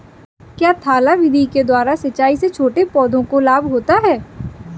क्या थाला विधि के द्वारा सिंचाई से छोटे पौधों को लाभ होता है?